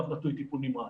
קו נטוי, טיפול נמרץ.